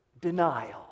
denial